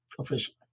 officially